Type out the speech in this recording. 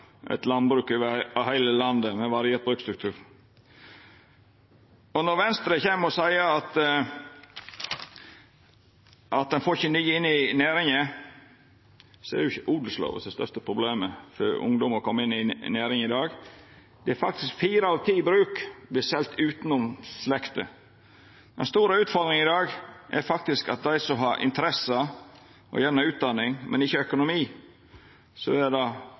eit landbruk med variert bruksstruktur over heile landet. Venstre seier at ein ikkje får nye inn i næringa. Det er ikkje odelslova som er det største problemet for ungdom for å koma inn i næringa i dag. Det er faktisk fire av ti bruk som blir selde utanom slekta. I dag er den store utfordringa for dei som har interesse og gjerne utdanning, men ikkje økonomi, at det er andre interesser som står bak kjøp av mange av gardsbruka som kjem på fritt sal. Det